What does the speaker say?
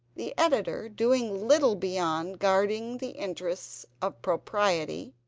the editor doing little beyond guarding the interests of propriety,